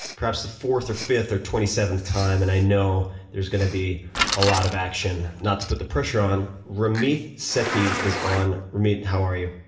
perhaps the fourth, or fifth, or twenty seventh time and i know there is going to be a lot of action. not to put the pressure on. ramit sethi is on. ramit, how are you?